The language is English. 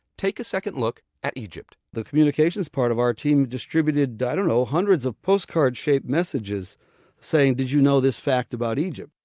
take a second look at egypt. the communications part of our team distributed, i don't know, hundreds of postcard-shaped messages saying, did you know this fact about egypt?